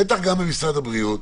בטח גם במשרד הבריאות,